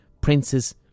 Princes